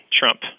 trump